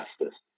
justice